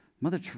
Mother